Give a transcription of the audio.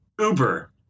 Uber